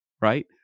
right